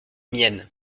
miennes